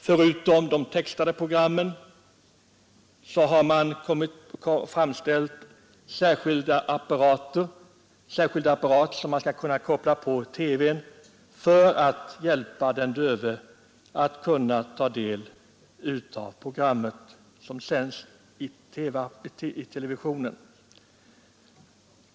Förutom de textade programmen har man framställt en särskild apparat, som man skall kunna koppla på TV:n för att hjälpa de döva att ta del av sådana program.